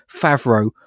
favreau